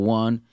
one